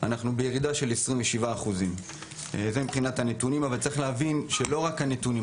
נראה ירידה של 27%. אבל צריך להבין שזה לא רק הנתונים,